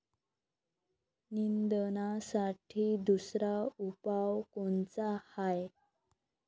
निंदनासाठी दुसरा उपाव कोनचा हाये?